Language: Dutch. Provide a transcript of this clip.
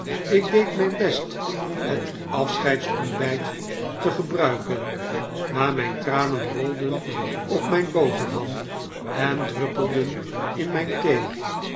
ik deed mijn best het afscheidsontbijt te gebruiken maar mijn tranen rolden op mijn boterham en druppelden in mijn thee